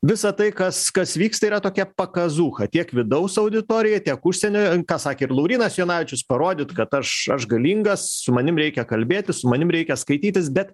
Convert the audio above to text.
visa tai kas kas vyksta yra tokia pakazūcha tiek vidaus auditorijai tiek užsienio ką sakė ir laurynas jonavičius parodyt kad aš aš galingas su manim reikia kalbėti su manim reikia skaitytis bet